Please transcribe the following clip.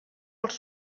els